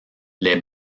les